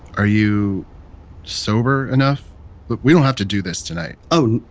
are you sober enough? look we don't have to do this tonight oh.